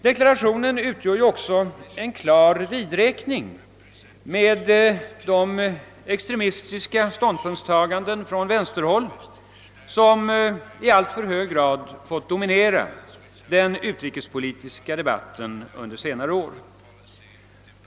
Deklarationen utgör också en klar vidräkning med de extremistiska ståndpunktstaganden från vänsterhåll, som i alltför hög grad fått dominera den utrikespolitiska debatten under senare år.